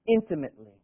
intimately